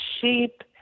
sheep